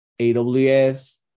AWS